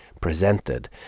presented